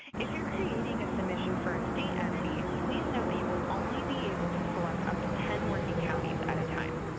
if you are creating a submission for a state entity, please note that you will only be able to select up to ten working counties at a time.